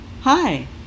Hi